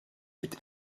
est